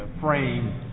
frame